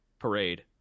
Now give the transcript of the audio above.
parade